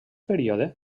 període